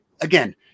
again